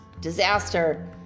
disaster